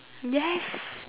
yes